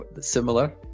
similar